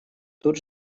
тут